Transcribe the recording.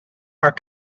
are